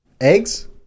Eggs